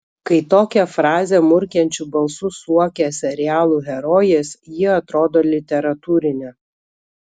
kai tokią frazę murkiančiu balsu suokia serialų herojės ji atrodo literatūrinė